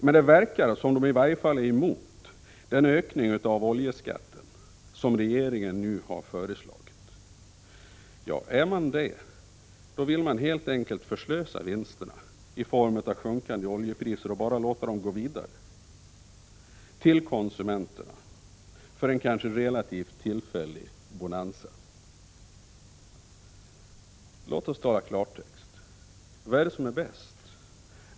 Men det verkar som om de i varje fall är emot den höjning av oljeskatten som regeringen nu har föreslagit. Är man det, vill man helt enkelt förslösa vinsterna till följd av sjunkande oljepriser genom att bara låta dem gå vidare till konsumenterna för en kanske relativt tillfällig ”bonanza”. Låt oss tala klartext: Vad är bäst?